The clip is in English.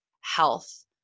health